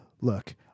look